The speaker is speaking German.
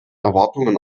erwartungen